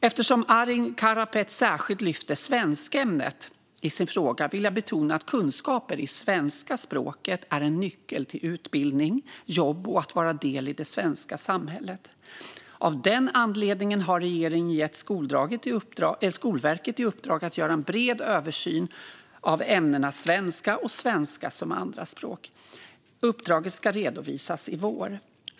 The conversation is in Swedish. Eftersom Arin Karapet särskilt lyfter fram svenskämnet i sin fråga vill jag betona att kunskaper i svenska språket är en nyckel till utbildning, jobb och att vara en del av det svenska samhället. Av den anledningen har regeringen gett Skolverket i uppdrag att göra en bred översyn av ämnena svenska och svenska som andraspråk. Uppdraget ska redovisas i vår.